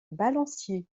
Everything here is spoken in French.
balancier